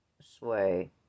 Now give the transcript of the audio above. sway